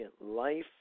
life